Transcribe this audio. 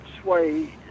sway